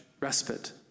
respite